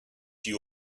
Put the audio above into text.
you